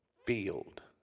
Field